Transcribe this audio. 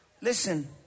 listen